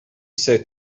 said